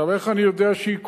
עכשיו, איך אני יודע שהיא כושלת?